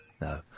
No